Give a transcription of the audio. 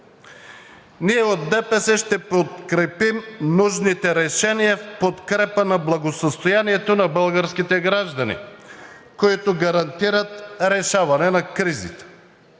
От ДПС ще подкрепим нужните решения в подкрепа на благосъстоянието на българските граждани, които гарантират решаване на кризите